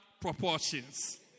proportions